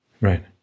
Right